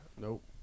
Nope